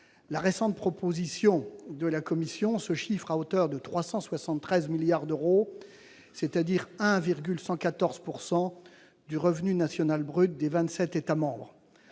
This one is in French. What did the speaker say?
La récente proposition de la Commission se chiffre à hauteur de 373 milliards d'euros, c'est-à-dire 1,114 % du revenu national brut des vingt-sept États membres.